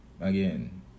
Again